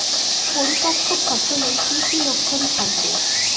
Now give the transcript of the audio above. পরিপক্ক ফসলের কি কি লক্ষণ থাকবে?